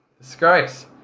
Disgrace